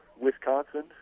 Wisconsin